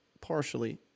partially